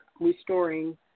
restoring